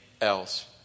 else